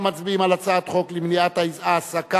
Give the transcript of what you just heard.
אנחנו מצביעים על הצעת חוק למניעת העסקה